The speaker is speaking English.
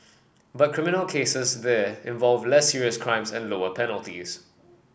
but criminal cases there involve less serious crimes and lower penalties